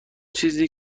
چیزی